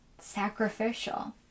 sacrificial